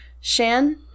Shan